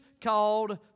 called